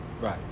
right